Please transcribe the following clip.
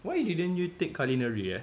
why didn't you take culinary eh